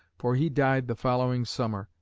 for he died the following summer,